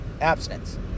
abstinence